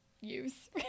use